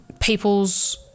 people's